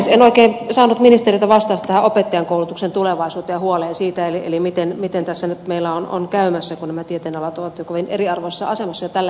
en oikein saanut ministeriltä vastausta opettajankoulutuksen tulevaisuuteen ja huoleen siitä eli miten tässä nyt meillä on käymässä kun nämä tieteenalat ovat kovin eriarvoisessa asemassa jo tällä hetkellä